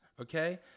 Okay